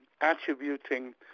attributing